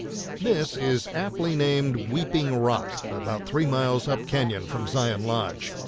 this is aptly named weeping rock about three miles up canyon from zion lodge.